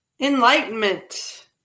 enlightenment